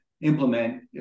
implement